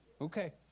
Okay